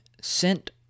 sent